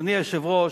אדוני היושב-ראש,